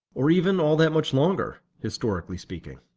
or even all that much longer, historically speaking.